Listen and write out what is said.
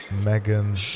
Megan